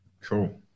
Cool